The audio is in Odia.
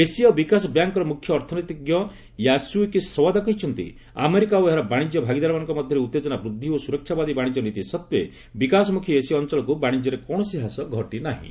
ଏସୀୟ ବିକାଶ ବ୍ୟାଙ୍କ୍ର ମୁଖ୍ୟ ଅର୍ଥନୀତିଜ୍ଞ ୟାସ୍ଥ୍ୟୁକି ସଓ୍ୱାଦା କହିଛନ୍ତି ଆମେରିକା ଓ ଏହାର ବାଣିଜ୍ୟ ଭାଗିଦାରମାନଙ୍କ ମଧ୍ୟରେ ଉତ୍ତେଜନା ବୂଦ୍ଧି ଓ ସୁରକ୍ଷାବାଦୀ ବାଶିଜ୍ୟ ନୀତି ସତ୍ତ୍ୱେ ବିକାଶମୁଖୀ ଏସୀୟ ଅଞ୍ଚଳକୁ ବାଶିଜ୍ୟରେ କୌଣସି ହ୍ରାସ ଘଟି ନାହିଁ